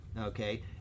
okay